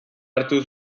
hartu